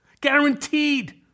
Guaranteed